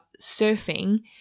surfing